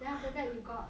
then after that you got